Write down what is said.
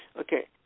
Okay